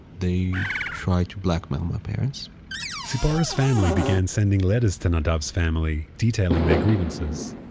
they try to blackmail my parents tzipora's family began sending letters to nadav's family, detailing their grievances.